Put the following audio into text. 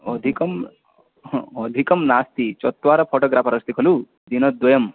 अधिकम् अधिकं नास्ति चत्वारः फ़ोटोग्राफ़र् अस्ति खलु दिनद्वयम्